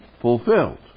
fulfilled